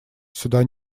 сюда